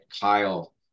Kyle